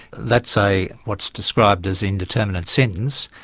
that's a what's described as indeterminate sentence,